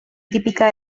típica